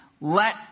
let